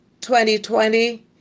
2020